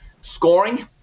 scoring